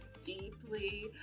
deeply